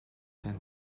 attend